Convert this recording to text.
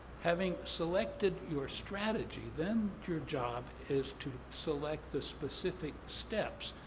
having selected your strategy, then your job is to select the specific steps,